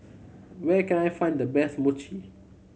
where can I find the best Mochi